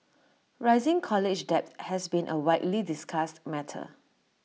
rising college debt has been A widely discussed matter